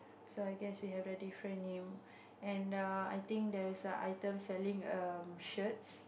so I guess we have a different name and err I think there's a item selling um shirt